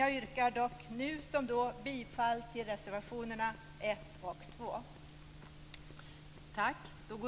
Jag yrkar dock, nu som då, bifall till reservationerna 1 och 2.